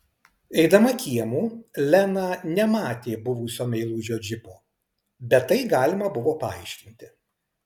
eidama kiemu lena nematė buvusio meilužio džipo bet tai galima buvo paaiškinti